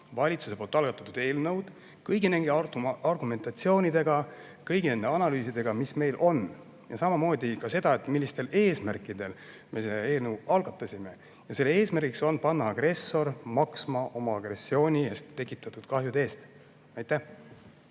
valitsuse algatatud eelnõu kõigi nende argumentatsioonidega, kõigi nende analüüsidega, mis meil on, ja samamoodi ka selgitasin, millistel eesmärkidel me selle eelnõu algatasime. Selle eesmärk on panna agressor maksma oma agressiooniga tekitatud kahjude eest. Anti